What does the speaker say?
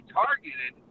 targeted